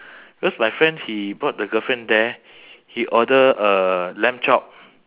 because my friend he brought the girlfriend there he order a lamb chop